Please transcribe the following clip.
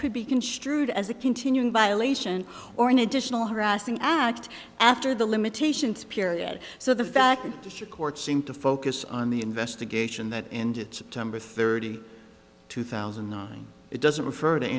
could be construed as a continuing violation or an additional harassing act after the limitations period so the fact that district courts seem to focus on the investigation that and it's time for thirty two thousand and nine it doesn't refer to